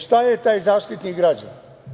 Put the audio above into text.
Šta je taj Zaštitnik građana?